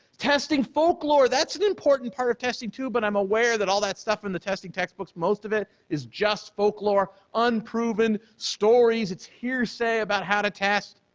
testing folklore, that's an important part of testing, too, but i'm aware that all that stuff in the testing textbooks, most of it, is just folklore, unproven stories, it's hearsay about how to test,